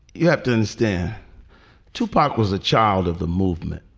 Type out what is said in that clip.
you have to understand tupac was a child of the movement.